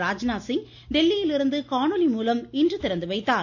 ராஜ்நாத்சிங் டெல்லியிலிருந்து காணொலி மூலம் இன்று திறந்துவைத்தார்